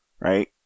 right